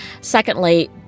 secondly